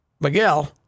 Miguel